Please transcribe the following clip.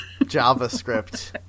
JavaScript